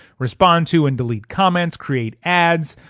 respond to and delete comments, create ads,